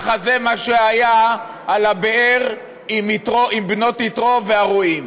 זה מה שהיה על הבאר עם בנות יתרו והרועים.